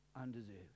undeserved